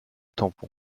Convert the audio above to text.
tampon